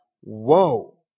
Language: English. whoa